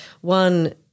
one